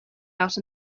out